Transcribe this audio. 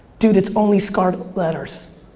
dude it's only scarlet letters.